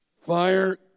fire